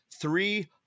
Three